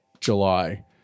July